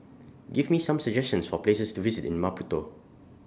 Give Me Some suggestions For Places to visit in Maputo